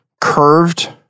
curved